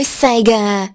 Sega